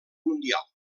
mundial